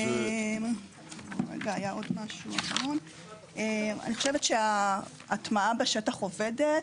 אני חושבת שההטמעה בשטח עובדת.